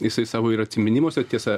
jisai savo ir atsiminimuose tiesa